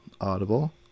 audible